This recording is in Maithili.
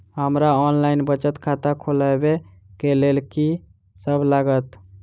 हमरा ऑनलाइन बचत खाता खोलाबै केँ लेल की सब लागत?